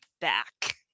back